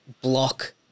block